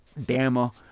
Bama